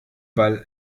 war